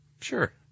sure